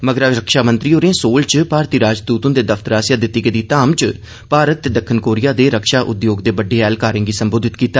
मगरा रक्षामंत्री होरें सयोल च भारतीय राजदूत ह्न्दे दफ्तर आस्सेया दिती गेदी धाम च भारत ते दक्खनी कोरिया दे रक्षा उद्योग दे बड्डे एहलकारें गी सम्बोधित कीता